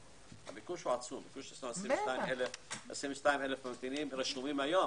הביקוש הוא עצום - 22,000 ממתינים שרשומים היום.